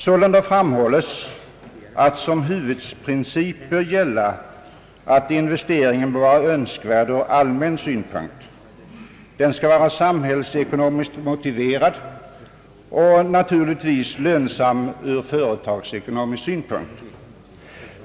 Sålunda framhålles att som huvudprincip bör gälla att investeringen är önskvärd ur allmän synpunkt; den skall vara samhällsekonomiskt motiverad och naturligtvis lönsam ur företagsekonomisk synpunkt.